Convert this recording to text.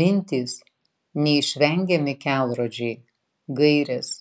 mintys neišvengiami kelrodžiai gairės